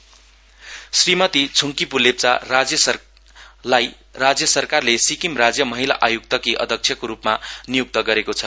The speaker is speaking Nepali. वोमेन कमिसन श्रीमती छ्ङकिप् लेप्चालाई राज्य सरकारले सिक्किम राज्य महिला आयुक्ति अध्यक्षको रुपमा निय्क्त गरेको छ